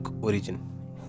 origin